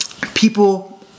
People